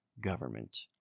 government